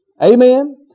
Amen